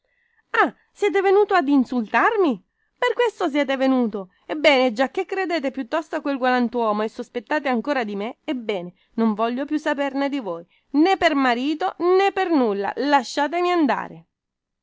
ah siete venuto ad insultarmi per questo siete venuto ebbene giacchè credete piuttosto a quel galantuomo e sospettate ancora di me ebbene non voglio più saperne di voi nè per marito nè per nulla lasciatemi andare